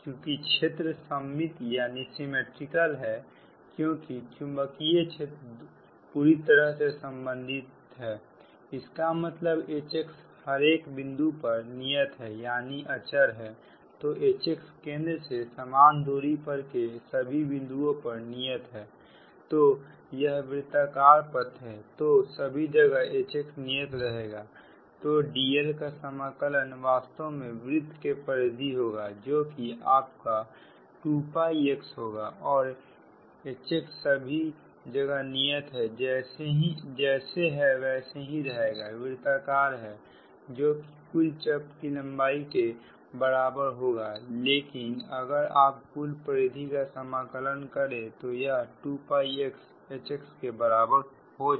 चूंकि क्षेत्र सममित है क्योंकि चुंबकीय क्षेत्र पूरी तरह से संबंधित है इसका मतलब Hxहर एक बिंदु पर नियत है यानी अचर है तोHxकेंद्र से समान दूरी पर के सभी बिंदुओं पर नियत हैतो यह वृत्ताकार पथ है तो सभी जगह Hx नियत रहेगा तो dl का समाकलन वास्तव में वृत्त के परिधि होगा जो कि आपका 2x होगा और Hx सभी जगह नियत है जैसा है वैसा ही रहेगा वृत्ताकार है जो कि कुल चाप की लंबाई के बराबर होगा लेकिन अगर आप कुल परिधि का समाकलन करते हैं तो यह 2x Hxके बराबर हो जाएगा